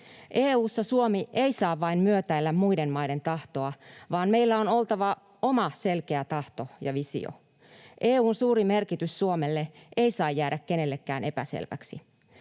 EU:ssa Suomi ei saa vain myötäillä muiden maiden tahtoa, vaan meillä on oltava oma selkeä tahto ja visio. EU:n suuri merkitys Suomelle ei saa jäädä kenellekään epäselväksi.